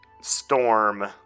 Storm